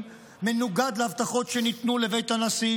מנוגד להבטחות שניתנו לבית הנשיא,